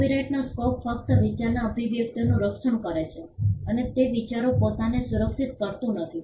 કોપિરાઇટનો scope ફક્ત વિચારના અભિવ્યક્તિઓનું રક્ષણ કરે છે અને તે વિચારો પોતાને સુરક્ષિત કરતું નથી